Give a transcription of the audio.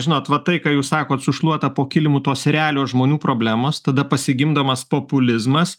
žinot va tai ką jūs sakot sušluota po kilimu tos realios žmonių problemos tada pasigimdomas populizmas